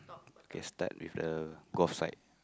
okay start with the golf side